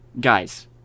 Guys